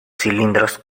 cilindros